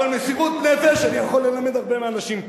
אבל מסירות נפש אני יכול ללמד הרבה מהאנשים פה.